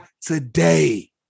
today